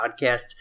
podcast